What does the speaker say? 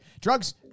drugs